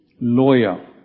lawyer